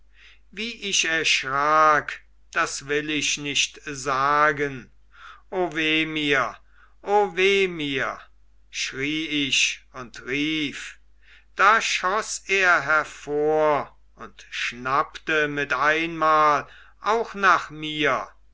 wie ich erschrak das will ich nicht sagen o weh mir o weh mir schrie ich und rief da schoß er hervor und schnappte mit einmal auch nach mir